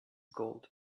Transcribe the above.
gold